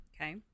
Okay